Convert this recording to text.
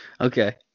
okay